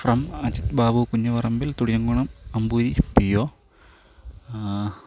from Ajith Babu Kunjuparambil Thudiyamkonam Amboori P O